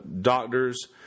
doctors